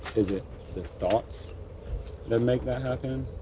is it the thoughts that make that happen?